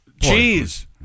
jeez